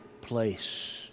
place